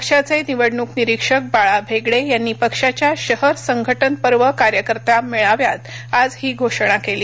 पक्षाचे निवडणूक निरीक्षक बाळा भेगडे यांनी पक्षाच्या शहर संघटनपर्व कार्यकर्ता मेळाव्यात आज ही घोषणा केली